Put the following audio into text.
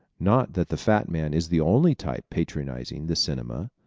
not that the fat man is the only type patronizing the cinema.